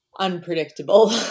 Unpredictable